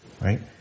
Right